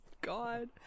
God